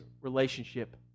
relationship